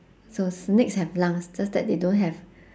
so snakes have lungs just that they don't have